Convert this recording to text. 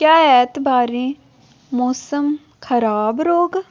क्या ऐतबारें मौसम खराब रौह्ग